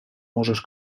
możesz